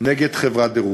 נגד חברת דירוג.